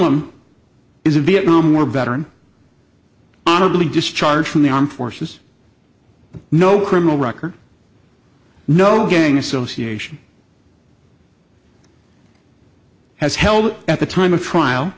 dunham is a vietnam war veteran honorably discharged from the armed forces no criminal record no gang association has held at the time of trial